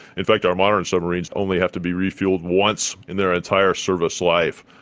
in fact our modern submarines only have to be refuelled once in their entire service life.